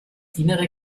innere